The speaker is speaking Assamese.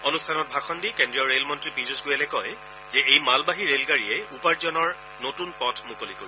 অনুষ্ঠানত ভাষণ দি কেন্দ্ৰীয় ৰেল মন্ত্ৰী পীয়ুষ গোৱালে কয় যে এই মালবাহী ৰে'লগাড়ীয়ে উপাৰ্জনৰ নতুন পথ মুকলি কৰিব